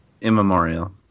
immemorial